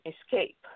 escape